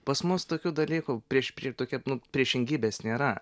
pas mus tokių dalykų prieš prieš tokia nu priešingybės nėra